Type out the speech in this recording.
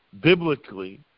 biblically